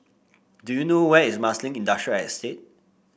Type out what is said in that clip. do you know where is Marsiling Industrial Estate